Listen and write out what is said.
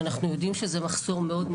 שאנחנו יודעים שזה מחסור מאוד,